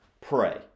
pray